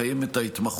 לקיים את ההתמחות,